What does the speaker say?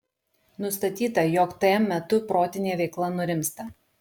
nustatyta jog tm metu protinė veikla nurimsta